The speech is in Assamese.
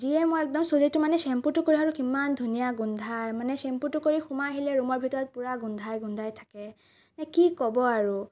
যিয়ে মই একদম চুলিটো মানে চেম্পুটো কৰি আহোঁ ইমান ধুনীয়া গোন্ধায় মানে চেম্পুটো কৰি সোমাই আহিলে ৰুমৰ ভিতৰত পুৰা মানে গোন্ধাই গোন্ধাই থাকে কি ক'ব আৰু